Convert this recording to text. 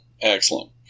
Excellent